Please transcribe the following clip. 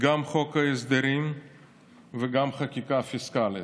גם את חוק ההסדרים וגם חקיקה פיסקלית.